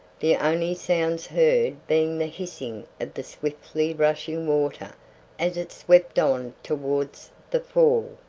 the only sounds heard being the hissing of the swiftly rushing water as it swept on towards the fall,